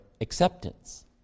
acceptance